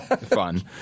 fun